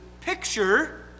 picture